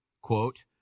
quote